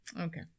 Okay